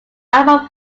album